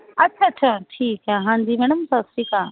ਅੱਛਾ ਅੱਛਿਆ ਠੀਕ ਐ ਹਾਂਜੀ ਮੈਡਮ ਸਸਰੀ ਕਾਲ